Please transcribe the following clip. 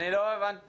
אני לא הבנתי מה אמרת.